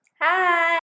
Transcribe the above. Hi